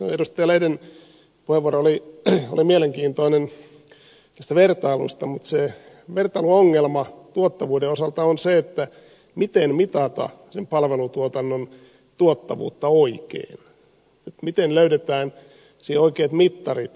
edustaja lehden puheenvuoro oli mielenkiintoinen tästä vertailusta mutta se vertailuongelma tuottavuuden osalta on se miten mitata sen palvelutuotannon tuottavuutta oikein miten löydetään siihen oikeat mittarit